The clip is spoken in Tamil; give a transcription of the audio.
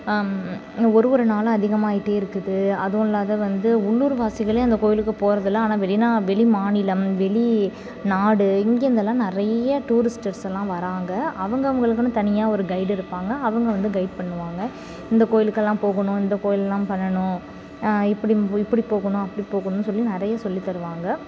ஒரு ஒரு நாளும் அதிகமாயிட்டே இருக்குது அதுவில்லாத வந்து உள்ளூர்வாசிகள் அந்த கோவிலுக்கு போகிறதில்ல ஆனால் வெளிநா வெளிமாநிலம் வெளி நாடு இங்கேருந்துலாம் நிறைய டூரிஸ்டர்ஸுலாம் வராங்க அவங்கவங்களுக்குன்னு தனியா ஒரு கைடு இருப்பாங்க அவங்க வந்து கைட் பண்ணுவாங்க இந்த கோவிலுக்கெல்லாம் போகணும் இந்த கோவில்லாம் பண்ணணும் இப்படி இப்படி போகணும் அப்படி போகணுன்னு சொல்லி நிறைய சொல்லி தருவாங்க